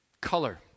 color